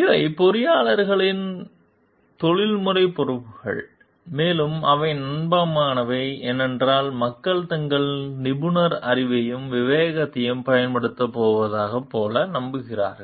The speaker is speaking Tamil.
இவை பொறியாளர்களின் தொழில்முறை பொறுப்புகள் மேலும் அவை நம்பகமானவை ஏனென்றால் மக்கள் தங்கள் நிபுணர் அறிவையும் விவேகத்தையும் பயன்படுத்தப் போவதைப் போல நம்புகிறார்கள்